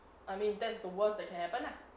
I mean that's the worst that can happen ah